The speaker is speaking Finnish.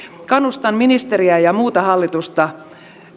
kannustan ministeriä ja muuta hallitusta